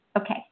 Okay